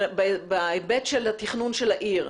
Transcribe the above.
בהיבט של התכנון של העיר,